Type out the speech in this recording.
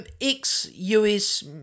ex-US